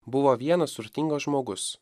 buvo vienas turtingas žmogus